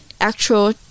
actual